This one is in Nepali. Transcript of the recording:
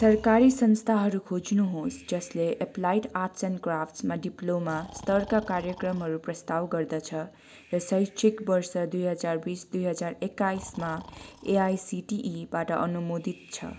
सरकारी संस्थाहरू खोज्नुहोस् जसले एप्लाइड आर्ट्स एन्ड क्राफ्ट्समा डिप्लोमा स्तरका कार्यक्रमहरू प्रस्ताव गर्दछ र शैक्षिक वर्ष दुई हजार बिस दुई हजार एक्काइसमा एआइसिटिईबाट अनुमोदित छ